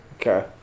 Okay